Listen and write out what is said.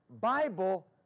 Bible